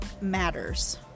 matters